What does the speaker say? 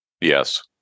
Yes